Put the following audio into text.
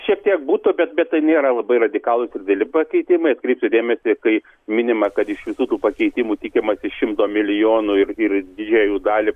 šiek tiek būtų bet bet tai nėra labai radikalūs dideli pakeitimai atkreipsiu dėmesį kai minima kad iš visų tų pakeitimų tikimasi šimto milijonų ir ir didžiąją jų dalį